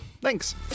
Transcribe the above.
Thanks